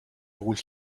would